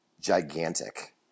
gigantic